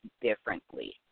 differently